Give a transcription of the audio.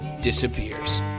disappears